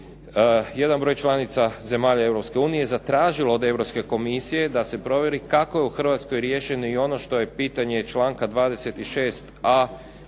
jedan broj članica zemalja Europske unije zatražilo od Europske komisije da se provjeri kako je u Hrvatskoj riješeno i ono što je pitanje članka 26a.